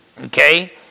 Okay